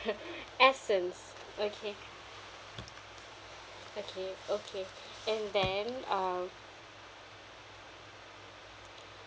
essence okay okay okay and then uh